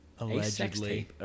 Allegedly